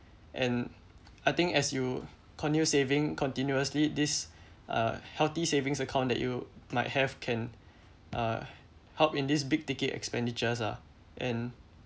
and I think as you continue saving continuously this uh healthy savings account that you might have can uh help in this big ticket expenditures ah and